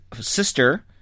sister